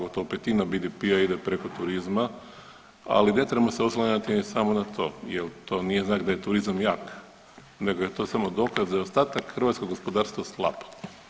Gotovo petina BDP-a ide preko turizma, ali ne trebamo se oslanjati ni samo na to, jer to nije znak da je turizam jak nego je to samo dokaz da je ostatak hrvatskog gospodarstva slab.